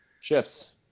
Shifts